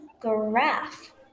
graph